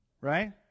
right